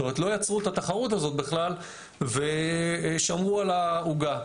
לא יצרו את התחרות הזאת בכלל ושמרו על העוגה.